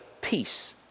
peace